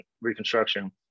reconstruction